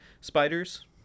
Spiders